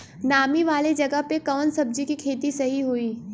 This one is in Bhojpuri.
नामी वाले जगह पे कवन सब्जी के खेती सही होई?